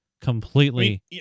completely